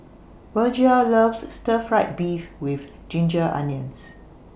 Virgia loves Stir Fried Beef with Ginger Onions